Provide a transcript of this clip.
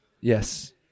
yes